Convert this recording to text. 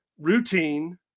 routine